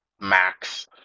Max